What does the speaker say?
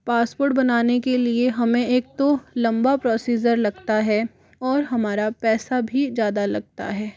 passport बनाने के लिए हमें एक तो लम्बा प्रोसीजर लगता है और हमारा पैसा भी ज़्यादा लगता है